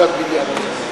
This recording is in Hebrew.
פקודת בניין ערים.